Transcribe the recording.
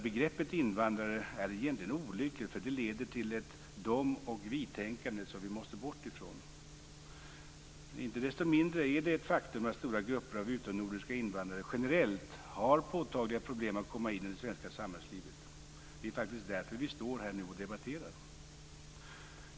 Begreppet invandrare är egentligen olyckligt därför att det leder till ett de-och-vitänkande som vi måste bort ifrån. Men icke desto mindre är det ett faktum att stora grupper av utomnordiska invandrare generellt har påtagliga problem att komma in i det svenska samhällslivet. Det är faktiskt därför vi står här och debatterar.